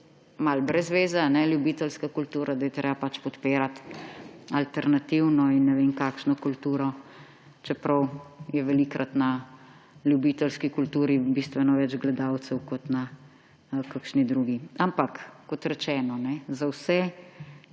malo brez zveze ljubiteljska kultura, da je treba pač podpirati alternativno in ne vem kakšno kulturo, čeprav je velikokrat na ljubiteljski kulturi bistveno več gledalcev kot na kakšni drugi. Ampak, kot rečeno, za vsa